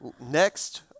Next